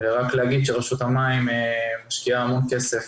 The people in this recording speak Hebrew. רק להגיד שרשות המים משקיעה המון כסף